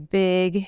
big